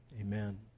Amen